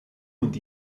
und